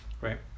right